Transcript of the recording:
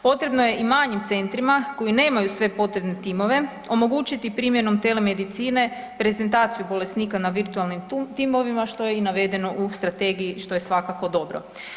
Potrebno je i manjim centrima koji nemaju sve potrebne timove omogućiti primjenom telemedicine prezentaciju bolesnika na virtualnim timovima što je i navedeno u strategiji što je svakako dobro.